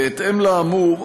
בהתאם לאמור,